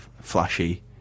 flashy